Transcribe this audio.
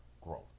growth